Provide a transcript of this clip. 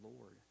Lord